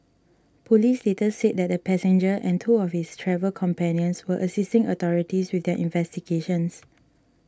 police later said that the passenger and two of his travel companions were assisting authorities with their investigations